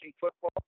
football